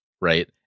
right